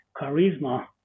charisma